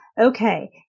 Okay